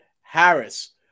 Harris